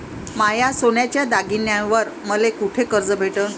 माया सोन्याच्या दागिन्यांइवर मले कुठे कर्ज भेटन?